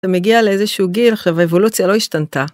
אתה מגיע לאיזשהו גיל, עכשיו האבולוציה לא השתנתה.